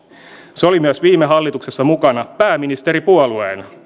se oli myös viime hallituksessa mukana pääministeripuolueena